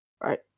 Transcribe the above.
Right